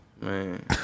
man